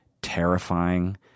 terrifying